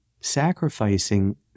sacrificing